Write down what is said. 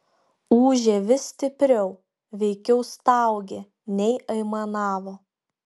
ūžė vis stipriau veikiau staugė nei aimanavo